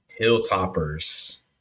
Hilltoppers